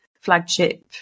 flagship